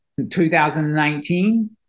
2019